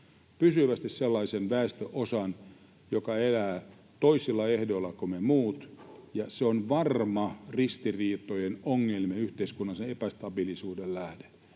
pysyvästi sellaisen väestönosan, joka elää toisilla ehdoilla kuin me muut, ja se on varma ristiriitojen, ongelmien ja yhteiskunnallisen epästabiilisuuden lähde.